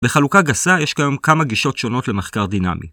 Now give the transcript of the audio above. בחלוקה גסה יש כיום כמה גישות שונות למחקר דינמי.